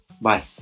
bye